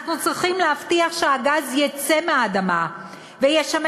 אנחנו צריכים להבטיח שהגז יצא מהאדמה וישמש